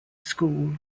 school